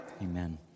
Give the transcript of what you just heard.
Amen